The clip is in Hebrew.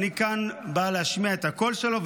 -- ואני כאן בא להשמיע את הקול שלו.